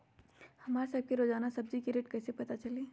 हमरा सब के रोजान सब्जी के रेट कईसे पता चली?